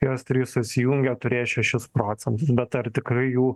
jos trys susijungę turės šešis procentus bet ar tikrai jų